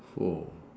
[ho]